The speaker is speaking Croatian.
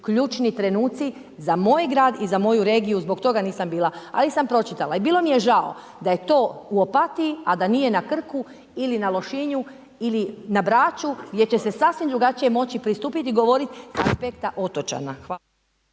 ključni trenutci za moj grad i za moju regiju, zbog toga nisam bila, ali sam pročitala. I bilo mi je žao da je to u Opatiji, a da nije na Krku ili na Lošinju ili na Braču gdje će se sasvim drugačije moći pristupit i govorit s aspekta otočana. Hvala.